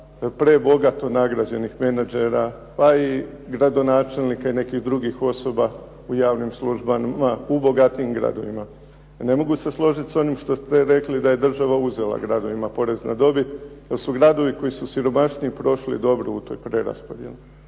prebogato nagrađenih menadžera, pa i gradonačelnika i nekih drugih osoba u javnim službama u bogatijim gradovima. Ne mogu se složiti s onim što ste rekli da je država uzela gradovima porez na dobit, jer su gradovi koji su siromašniji prošli dobro u toj preraspodjeli.